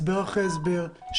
הסבר אחרי הסבר,